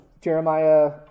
Jeremiah